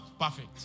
perfect